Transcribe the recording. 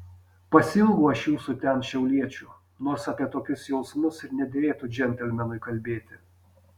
pasiilgau aš jūsų ten šiauliečių nors apie tokius jausmus ir nederėtų džentelmenui kalbėti